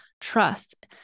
trust